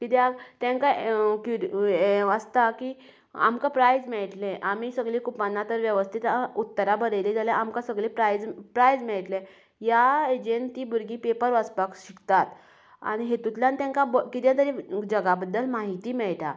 कित्याक तेंकां हें आसता की आमकां प्रायज मेळटलें आमी सगलीं कुपानां तर वेवस्थीत उत्तरां बरयलीं जाल्यार आमकां सगलीं प्रायज प्रायज मेळटले ह्या हेजेर तीं भुरगीं पेपर वाचपाक शिकतात आनी हेतूंतल्यान तांका कितेंय तरी जगा बद्दल म्हायती मेळटा